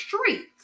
streets